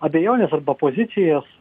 abejones arba pozicijas